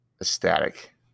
ecstatic